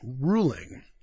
ruling